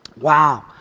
Wow